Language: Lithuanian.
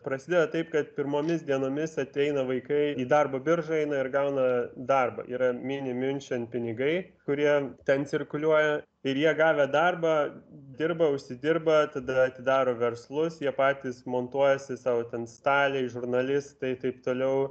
prasideda taip kad pirmomis dienomis ateina vaikai į darbo biržą eina ir gauna darbą yra minimiunšen pinigai kurie ten cirkuliuoja ir jie gavę darbą dirba užsidirba tada atidaro verslus jie patys montuojasi sau ten staliai žurnalistai taip toliau